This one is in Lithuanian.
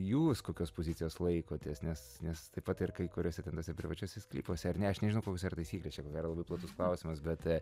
jūs kokios pozicijos laikotės nes nes taip pat ir kai kuriuose ten tuose privačiuose sklypuose ar ne aš nežinau kokios yra taisyklės čia ko gero labai platus klausimas bet